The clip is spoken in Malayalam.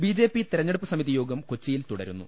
ബിജെപി തെരഞ്ഞെടുപ്പ് സമിതിയോഗ്യം ഏകാച്ചിയിൽ തുട രുന്നു